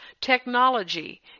technology